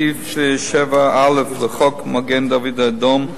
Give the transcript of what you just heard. סעיף 7א לחוק מגן-דוד-אדום,